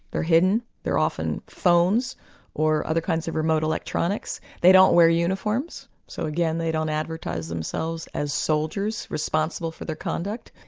they're hidden, they're often phones or other kinds of remote electronics, they don't wear uniforms, so again they don't advertise themselves as soldiers responsible for their conduct.